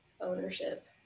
ownership